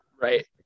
right